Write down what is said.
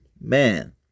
Man